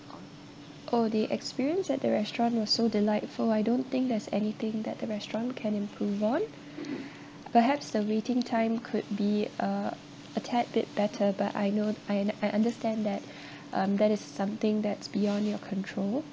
oh the experience at the restaurant was so delightful I don't think there's anything that the restaurant can improve on perhaps the waiting time could be uh a tad bit better but I know I I understand that um that is something that's beyond your control